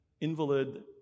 invalid